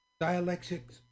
dialectics